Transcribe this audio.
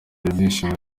ibyishimo